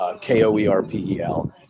K-O-E-R-P-E-L